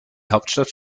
hauptstadt